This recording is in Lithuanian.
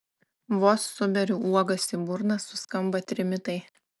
vos suberiu uogas į burną suskamba trimitai